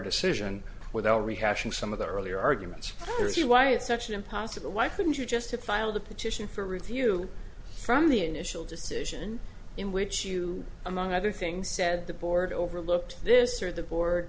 decision without rehashing some of the earlier arguments there is you why it's such an impossible why couldn't you just have filed a petition for review from the initial decision in which you among other things said the board overlooked this or the board